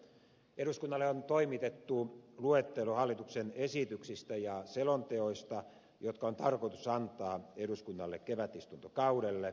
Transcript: eduskunnalle on toimitettu luettelo hallituksen esityksistä ja selonteoista jotka on tarkoitus antaa eduskunnalle kevätistuntokaudella